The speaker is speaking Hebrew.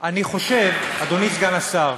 אני חושב, אדוני סגן השר,